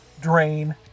drain